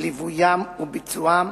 ליווים וביצועם